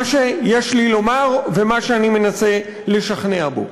שיש לי לומר ומה שאני מנסה לשכנע בו.